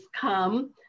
come